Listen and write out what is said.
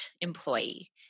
employee